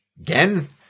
again